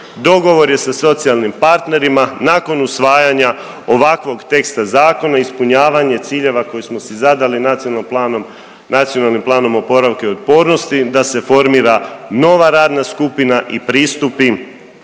Dogovor je sa socijalnim partnerima nakon usvajanja ovakvog teksta zakona ispunjavanje ciljeva koje smo si zadali NPOO-om da se formira nova radna skupina i pristupi